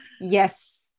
yes